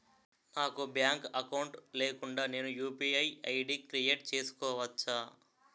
నాకు bank account లేకుండా నేను యు.పి.ఐ ఐ.డి క్రియేట్ చేసుకోవచ్చా?